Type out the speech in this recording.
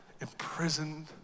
imprisoned